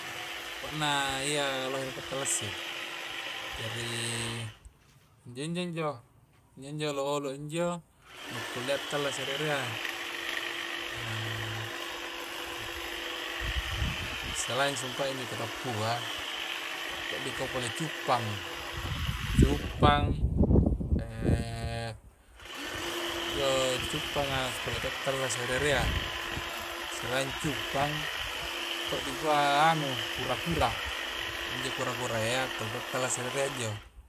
Pokokna yya lohe dipatallasi, jari injo njo, njo-njo olo-olo njo kunni tallasa ri erea na kussalaing sumpae injo kutappua, rie to' do dikua cuppang, cuppang njo cuppanga kulle to tallasa ri erea selain cuppang rie to dikua anu kura-kura, injo kura-kura ya kulle to tallasa ri erea injo.